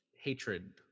hatred